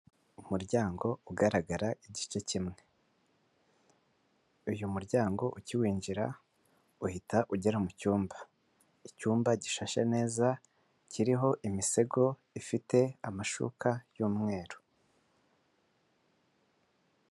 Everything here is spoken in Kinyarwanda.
Umuryango ugaragara igice kimwe, uyu muryango ukiwinjira uhita ugera mucyumba, icyumba gishashe neza kiriho imisego ifite amashuka y'umweru.